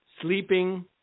sleeping